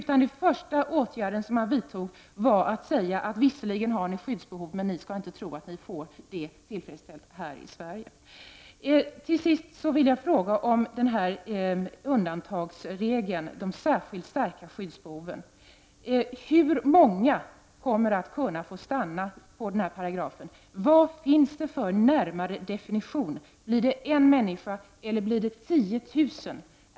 Den första åtgärd som man vidtog var att säga att ”visserligen har ni skyddsbehov, men ni skall inte tro att ni får det tillfredsställt här i Sverige”. Till sist vill jag fråga om undantagsregeln beträffande de särskilt starka skyddsbehoven. Hur många kommer att kunna få stanna på grundval av den här paragrafen? Vad finns det för närmare definition? Blir det en människa, eller blir det 10 000?